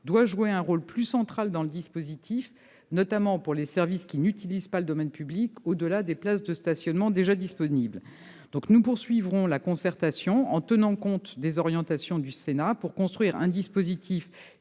doit jouer un rôle plus central dans le dispositif, notamment pour les services qui n'utilisent pas le domaine public au-delà des places de stationnement déjà disponibles. Nous poursuivrons la concertation en tenant compte des orientations du Sénat, afin de construire un dispositif